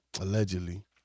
Allegedly